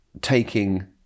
taking